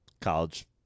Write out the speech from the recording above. college